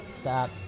Stop